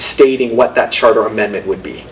stating what that charter amendment would be